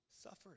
suffered